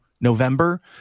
November